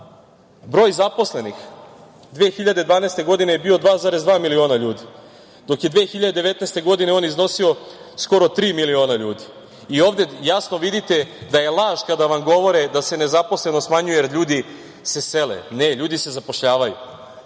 broj zaposlenih 2012. godine je bio 2,2 miliona ljudi, dok je 2019. godine on iznosio skoro tri miliona ljudi. Ovde jasno vidite da je laž kad vam govore da se nezaposlenost smanjuje jer ljudi se sele. Ne, ljudi se zapošljavaju.